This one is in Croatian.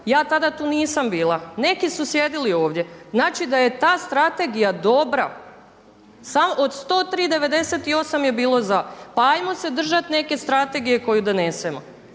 Ja tada tu nisam bila, neki su sjedili ovdje. Znači da je ta strategija dobra. Od 103 do 98 je bilo za. Pa ajmo se držati neke strategije koju donesemo.